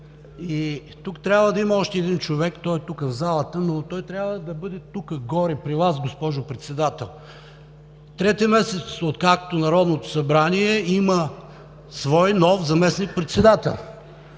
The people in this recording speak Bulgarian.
Тук трябва да има още един човек. Той е тук, в залата, но той трябва да бъде тук, горе, при Вас, госпожо Председател. Трети месец, откакто Народното събрание има свой нов заместник-председател.